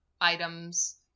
items